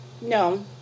No